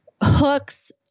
hooks